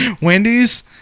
Wendy's